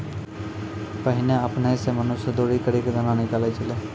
पहिने आपने सें मनुष्य दौरी करि क दाना निकालै छलै